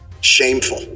Shameful